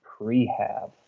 prehab